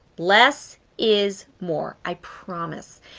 less is more, i promise.